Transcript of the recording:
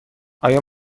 آیا